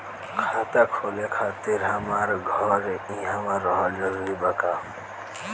खाता खोले खातिर हमार घर इहवा रहल जरूरी बा का?